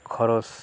খরচ